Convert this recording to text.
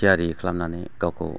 थियारि खालामनानै गावखौ